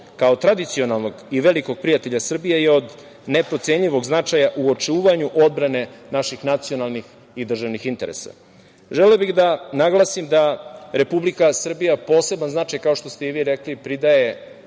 kao tradicionalnog i velikog prijatelja Srbije je od neprocenjivog značaja u očuvanja odbrane naših nacionalnih i državnih interesa. Želeo bih da naglasim da Republika Srbija poseban značaj, kao što ste i vi rekli, pridaje